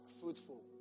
fruitful